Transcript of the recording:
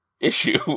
issue